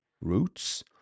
roots